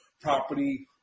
property